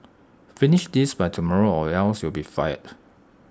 finish this by tomorrow or else you'll be fired